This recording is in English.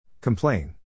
Complain